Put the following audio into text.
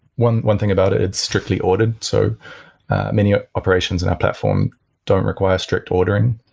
one one thing about it, it's strictly ordered. so many ah operations in our platform don't require strict ordering.